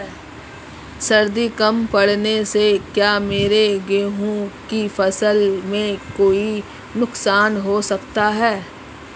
सर्दी कम पड़ने से क्या मेरे गेहूँ की फसल में कोई नुकसान हो सकता है?